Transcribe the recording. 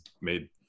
made